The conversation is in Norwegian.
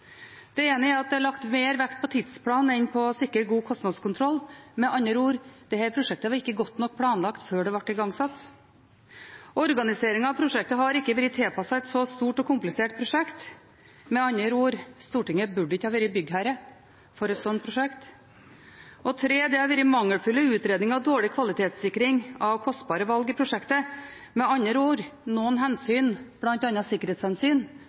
Det ene er at det er lagt mer vekt på tidsplanen enn på å sikre god kostnadskontroll. Med andre ord: Dette prosjektet var ikke godt nok planlagt før det ble igangsatt. Organiseringen av prosjektet har ikke vært tilpasset et så stort og komplisert prosjekt. Med andre ord: Stortinget burde ikke ha vært byggherre for et slikt prosjekt. For det tredje – det har vært mangelfulle utredninger og dårlig kvalitetssikring av kostbare valg i prosjektet. Med andre ord: Noen hensyn, bl.a. sikkerhetshensyn,